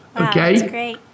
okay